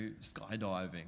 skydiving